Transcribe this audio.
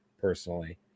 personally